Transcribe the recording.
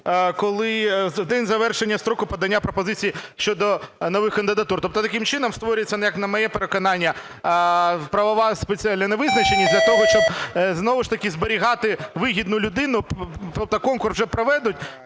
в день завершення строку подання пропозицій щодо нових кандидатур. Тобто таким чином створюється, як на моє переконання, правова невизначеність для того, щоб знову ж таки зберігати вигідну людину. Конкурс вже проведуть,